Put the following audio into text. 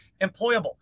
employable